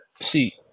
see